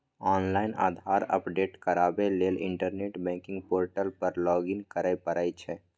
online Aadhaar update कराबै लेल internet banking portal पर लॉगइन करय पड़ै छै